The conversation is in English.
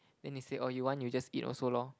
then they say oh you want you just eat also lor